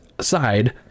side